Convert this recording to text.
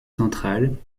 centrale